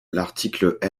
l’article